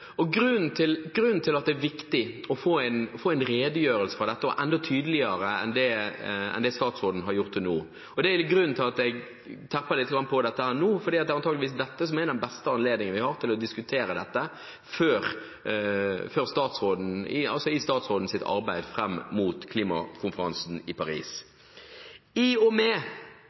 Grunnen til at det er viktig å få en redegjørelse for dette, og enda tydeligere enn det statsråden har gjort til nå, og grunnen til at jeg terper litt på dette nå, er at dette antakeligvis er den beste anledningen vi har til å diskutere statsrådens arbeid når det gjelder dette, fram mot klimakonferansen i Paris. I og med